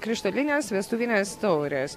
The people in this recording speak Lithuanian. krištolines vestuvines taures